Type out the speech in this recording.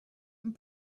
and